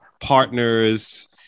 partners